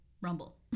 Rumble